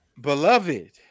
Beloved